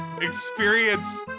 Experience